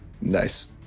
Nice